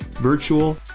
virtual